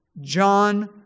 John